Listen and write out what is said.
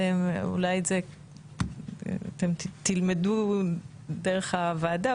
אתם אולי את זה תלמדו דרך הוועדה,